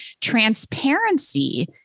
transparency